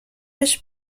بهش